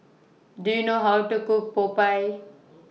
Do YOU know How to Cook Popiah